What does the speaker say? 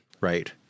right